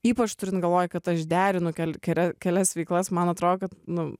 ypač turint galvoj kad aš derinu keli kelias veiklas man atrodo kad nu